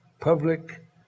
public